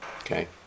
okay